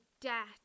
death